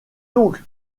donc